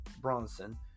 Bronson